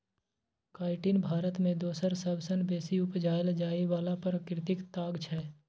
chitin Bharat मे दोसर सबसँ बेसी उपजाएल जाइ बला प्राकृतिक ताग छै